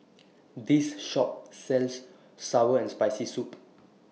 This Shop sells Sour and Spicy Soup